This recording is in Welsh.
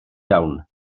iawn